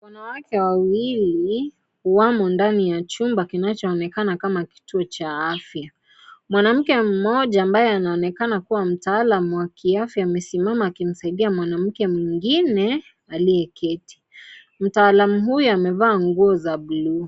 Wanawake wawili wamo ndani ya chumba kinachoonekana kama kituo cha afya, mwanamke mmoja ambaye anaonekana kuwa mtaalam wa kiafya amesimama akimsaidia mwanamke mwingine aliyeketi. Mtaalam huyu amevaa nguo za bulu.